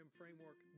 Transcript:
framework